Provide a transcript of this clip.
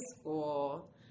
school